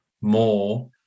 more